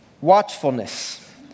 watchfulness